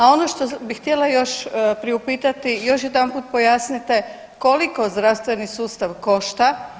A ono što bih htjela još priupitati, još jedanput pojasnite koliko zdravstveni sustav košta?